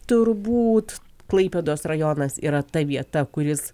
turbūt klaipėdos rajonas yra ta vieta kur jis